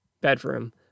bedroom